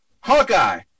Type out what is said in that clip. Hawkeye